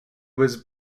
was